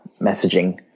messaging